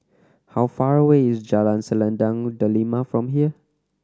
how far away is Jalan Selendang Delima from here